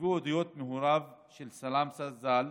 נגבו עדויות מהוריו של סלמסה ז"ל,